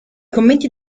commenti